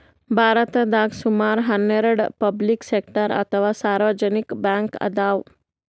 ಭಾರತದಾಗ್ ಸುಮಾರ್ ಹನ್ನೆರಡ್ ಪಬ್ಲಿಕ್ ಸೆಕ್ಟರ್ ಅಥವಾ ಸಾರ್ವಜನಿಕ್ ಬ್ಯಾಂಕ್ ಅದಾವ್